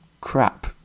crap